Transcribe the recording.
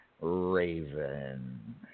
Raven